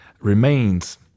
remains